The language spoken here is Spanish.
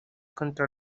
contra